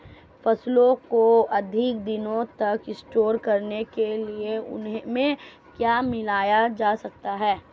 फसलों को अधिक दिनों तक स्टोर करने के लिए उनमें क्या मिलाया जा सकता है?